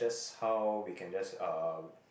that's how we can just uh